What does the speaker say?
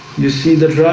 you see the